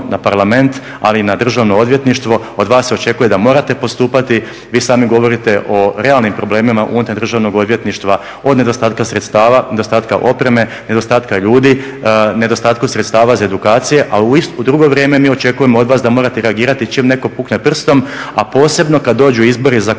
na Parlament ali i na državno odvjetništvo, od vas se očekuje da morate postupati. Vi sami govorite o realnim problemima unutar državnog odvjetništva od nedostatka sredstava, nedostatka opreme, nedostatka ljudi, nedostatku sredstava za edukacije, a u drugo vrijeme mi očekujemo od vas da morate reagirati čim neko pukne prstom a posebno kad dođu izbori za bilo